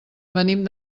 venim